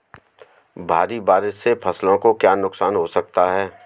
भारी बारिश से फसलों को क्या नुकसान हो सकता है?